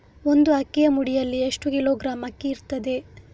ಒಂದು ಅಕ್ಕಿಯ ಮುಡಿಯಲ್ಲಿ ಎಷ್ಟು ಕಿಲೋಗ್ರಾಂ ಅಕ್ಕಿ ಇರ್ತದೆ?